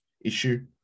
issue